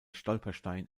stolperstein